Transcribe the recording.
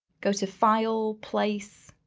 go to file place.